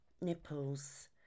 nipples